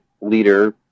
leader